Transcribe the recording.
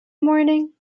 morning